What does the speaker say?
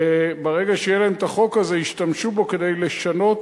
ברגע שיהיה להם את החוק הזה, ישתמשו בו כדי לשנות